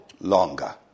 longer